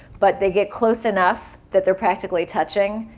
but they get close enough that they're practically touching.